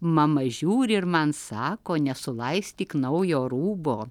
mama žiūri ir man sako nesulaistyk naujo rūbo